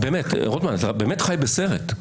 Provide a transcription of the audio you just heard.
רוטמן, אתה באמת חי בסרט.